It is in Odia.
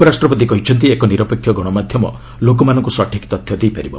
ଉପରାଷ୍ଟ୍ରପତି କହିଛନ୍ତି ଏକ ନିରପେକ୍ଷ ଗଣମାଧ୍ୟମ ଲୋକମାନଙ୍କୁ ସଠିକ୍ ତଥ୍ୟ ଦେଇପାରିବ